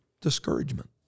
discouragement